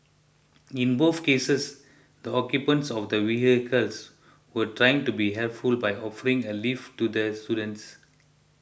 in both cases the occupants of the vehicles were trying to be helpful by offering a lift to the students